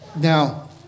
Now